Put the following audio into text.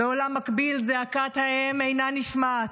בעולם מקביל זעקת האם אינה נשמעת,